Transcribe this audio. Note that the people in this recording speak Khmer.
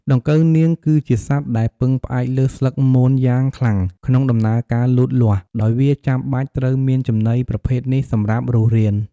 ដង្កូវនាងគឺជាសត្វដែលពឹងផ្អែកលើស្លឹកមនយ៉ាងខ្លាំងក្នុងដំណើរការលូតលាស់ ដោយវាចាំបាច់ត្រូវមានចំណីប្រភេទនេះសម្រាប់រស់រាន។